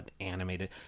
animated